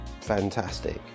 fantastic